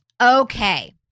Okay